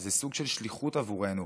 שזה סוג של שליחות בעבורנו,